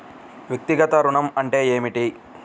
వ్యక్తిగత ఋణం అంటే ఏమిటి?